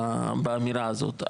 באמירה הזאת,